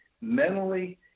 Mentally